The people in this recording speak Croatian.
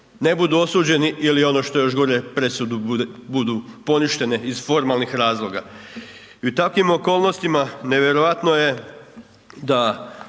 ne budu osuđeni ili ono što je još gore presude budu poništene iz formalnih razloga. I u takvim okolnostima nevjerojatno je da